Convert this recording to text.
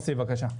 בבקשה.